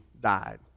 died